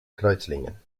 kreuzlingen